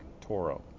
Toro